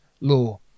law